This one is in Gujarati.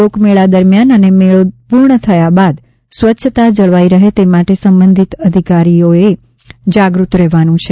લોકમેળા દરમિયાન અને મેળો પૂર્ણ થયા બાદ સ્વચ્છતા જળવાઇ રહે તે માટે સંબંધિત અધિકારીઓએ જાગૃત રહેવાનું છે